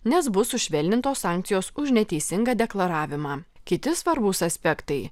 nes bus sušvelnintos sankcijos už neteisingą deklaravimą kiti svarbūs aspektai